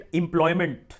employment